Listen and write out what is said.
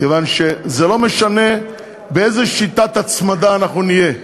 כיוון שזה לא משנה באיזו שיטת הצמדה אנחנו נהיה,